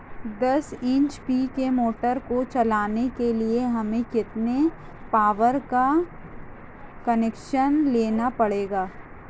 दस एच.पी की मोटर को चलाने के लिए हमें कितने पावर का कनेक्शन लेना पड़ेगा?